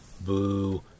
Boo